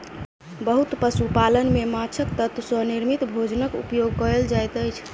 बहुत पशु पालन में माँछक तत्व सॅ निर्मित भोजनक उपयोग कयल जाइत अछि